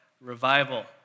Revival